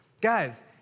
Guys